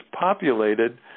populated